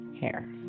hair